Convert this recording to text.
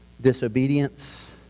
disobedience